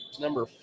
Number